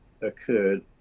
occurred